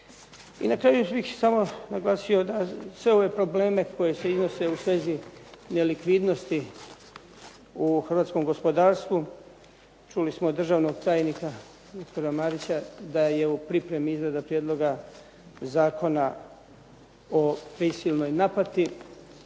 I na kraju bih samo naglasio da sve ove probleme koji se iznose u svezi nelikvidnosti u hrvatskom gospodarstvu, čuli smo od Državnog tajnika dr. Marića da je u pripremi izrada prijedloga Zakona o prisilnoj naplati,